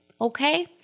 Okay